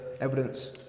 evidence